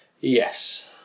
Yes